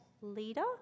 leader